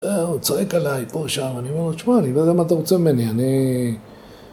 הוא צועק עליי, פה שם, אני אומר לו, תשמע, אני יודע למה אתה רוצה ממני, אני...